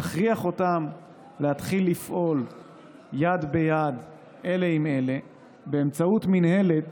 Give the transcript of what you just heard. נכריח אותם להתחיל לפעול יד ביד אלה עם אלה באמצעות מינהלת